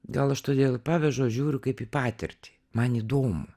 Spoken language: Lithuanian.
gal aš todėl i pavežu aš žiūriu kaip į patirtį man įdomu